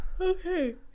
Okay